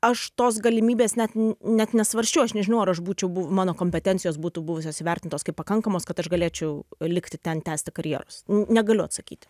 aš tos galimybės net net nesvarsčiau aš nežinau ar aš būčiau buv mano kompetencijos būtų buvusios įvertintos kaip pakankamos kad aš galėčiau likti ten tęsti karjeros negaliu atsakyti